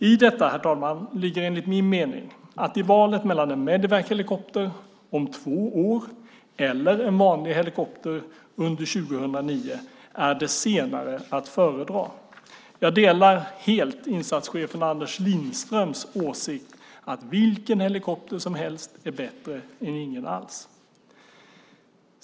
I detta, herr talman, ligger enligt min mening att i valet mellan en Medevachelikopter om två år eller en vanlig helikopter under 2009 är det senare att föredra. Jag delar helt insatschefen Anders Lindströms åsikt att vilken helikopter som helst är bättre än ingen alls.